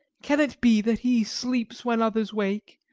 can it be that he sleeps when others wake,